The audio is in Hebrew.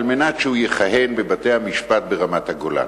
על מנת שהוא יכהן בבתי-המשפט ברמת-הגולן.